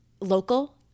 local